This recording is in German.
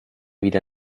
wieder